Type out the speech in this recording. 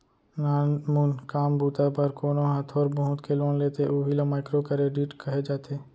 नानमून काम बूता बर कोनो ह थोर बहुत के लोन लेथे उही ल माइक्रो करेडिट कहे जाथे